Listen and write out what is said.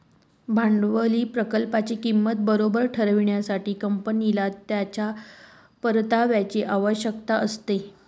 भांडवली प्रकल्पाची किंमत बरोबर ठरविण्यासाठी, कंपनीला त्याच्या परताव्याची आवश्यकता असते